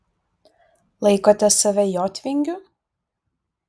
laikote save jotvingiu